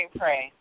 pray